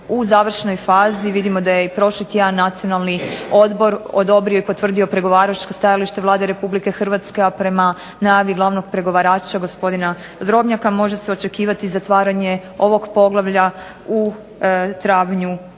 u završnoj fazi. Vidimo da je i prošli tjedan Nacionalni odbor odobrio i potvrdio pregovaračko stajalište Vlade Republike Hrvatske, a prema najavi glavnog pregovarača, gospodina Drobnjaka može se očekivati zatvaranje ovog poglavlja u travnju